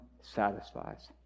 satisfies